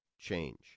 change